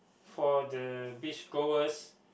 for the beach goers